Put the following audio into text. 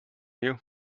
you